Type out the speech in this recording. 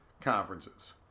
conferences